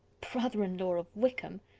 brother-in-law of wickham!